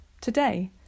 Today